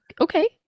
okay